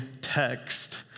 text